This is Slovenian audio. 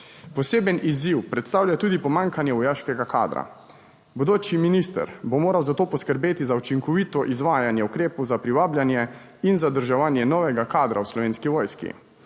Poseben izziv predstavlja tudi pomanjkanje vojaškega kadra. Bodoči minister bo moral za to poskrbeti za učinkovito izvajanje ukrepov za privabljanje in zadrževanje novega kadra v Slovenski vojski.